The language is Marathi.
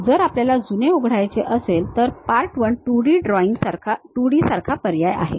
जर आपल्याला जुने उघडायचे असेल तर Part1 2D सारखा पर्याय आहे